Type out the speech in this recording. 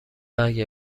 اگه